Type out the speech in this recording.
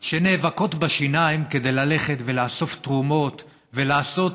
שנאבקות בשיניים כדי ללכת ולאסוף תרומות ולעשות